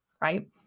right